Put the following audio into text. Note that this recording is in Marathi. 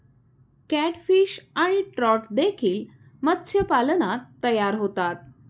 कॅटफिश आणि ट्रॉट देखील मत्स्यपालनात तयार होतात